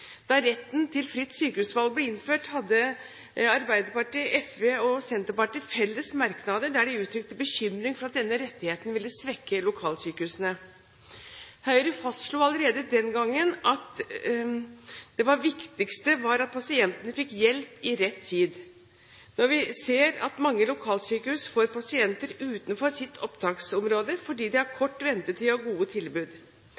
Da retten til fritt sykehusvalg ble innført, hadde Arbeiderpartiet, Sosialistisk Venstreparti og Senterpartiet felles merknader, der de uttrykte bekymring for at denne rettigheten ville svekke lokalsykehusene. Høyre fastslo allerede den gangen at det viktigste var at pasientene fikk hjelp i rett tid. Nå ser vi at mange lokalsykehus får pasienter utenfor sitt opptaksområde, fordi de har